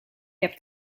heb